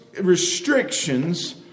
restrictions